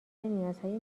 نیازهای